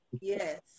Yes